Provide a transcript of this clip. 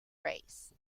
race